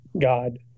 God